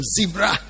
zebra